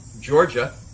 Georgia